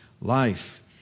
life